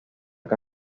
que